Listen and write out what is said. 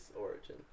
Origin